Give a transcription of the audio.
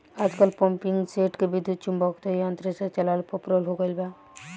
आजकल पम्पींगसेट के विद्युत्चुम्बकत्व यंत्र से चलावल पॉपुलर हो गईल बा